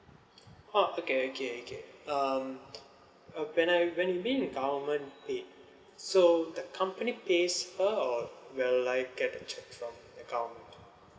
oh okay okay okay um uh when I when you mean a government paid so the company pays her or will I get to check from account